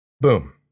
boom